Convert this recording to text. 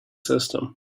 system